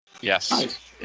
Yes